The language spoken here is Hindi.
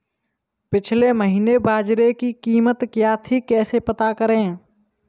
पिछले महीने बाजरे की कीमत क्या थी कैसे पता करें?